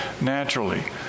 naturally